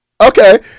Okay